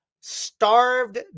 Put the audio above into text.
starved